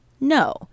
No